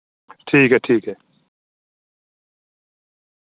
ठीक ऐ ठीक ऐ